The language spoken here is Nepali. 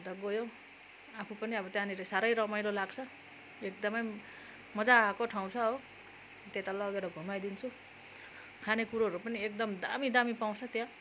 अन्त गयो आफू पनि अब त्यहाँनिर साह्रै रमाइलो लाग्छ एकदमै मजाको ठाउँ छ हो त्यता लगेर घुमाइदिन्छु खाने कुरोहरू पनि एकदम दामी दामी पाउँछ त्यहाँ